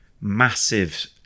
massive